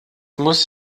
muss